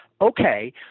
okay